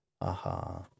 aha